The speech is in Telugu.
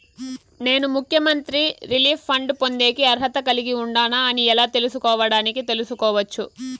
నేను ముఖ్యమంత్రి రిలీఫ్ ఫండ్ పొందేకి అర్హత కలిగి ఉండానా అని ఎలా తెలుసుకోవడానికి తెలుసుకోవచ్చు